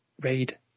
raid